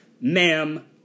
ma'am